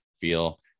feel